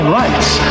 rights